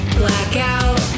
blackout